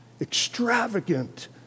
Extravagant